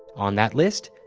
on that list?